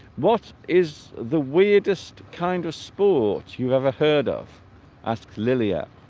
what is the weirdest kind of sport you ever heard of ask lilia